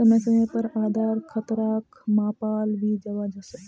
समय समय पर आधार खतराक मापाल भी जवा सक छे